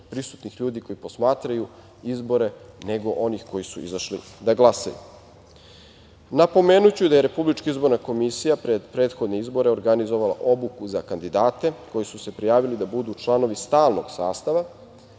prisutnih ljudi koji posmatraju izbore nego onih koji su izašli da glasaju. Napomenuću da je RIK pre prethodne izbore organizovala obuku za kandidate koji su se prijavili da budu članovi stalnog sastava,